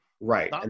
Right